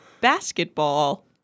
basketball